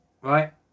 Right